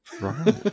Right